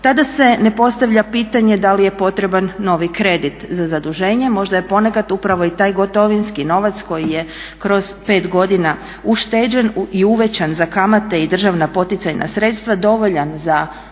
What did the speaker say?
Tada se ne postavlja pitanje da li je potreban novi kredit za zaduženje, možda je ponekad upravo i taj gotovinski novac koji je kroz 5 godina ušteđen i uvećan za kamate i državna poticajna sredstva dovoljan za